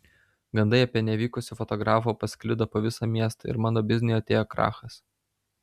gandai apie nevykusį fotografą pasklido po visą miestą ir mano bizniui atėjo krachas